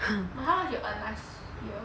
but how much you earn last year